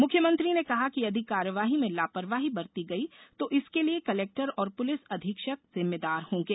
मुख्यमंत्री ने कहा कि यदि कार्यवाही में लापरवाही बरती गयी तो इसके लिए कलेक्टर और पुलिस अधीक्षक जिम्मेदार होंगे